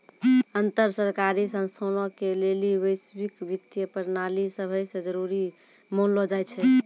अन्तर सरकारी संस्थानो के लेली वैश्विक वित्तीय प्रणाली सभै से जरुरी मानलो जाय छै